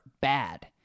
bad